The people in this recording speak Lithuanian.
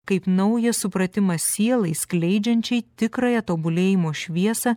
kaip naują supratimą sielai skleidžiančiai tikrąją tobulėjimo šviesą